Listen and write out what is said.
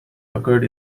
occurred